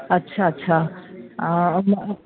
अच्छा अच्छा हा ब हा